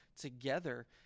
together